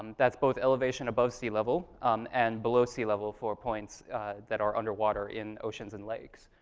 that's both elevation above sea level um and below sea level for points that are underwater in oceans and lakes.